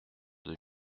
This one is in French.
deux